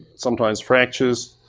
sometimes fractures,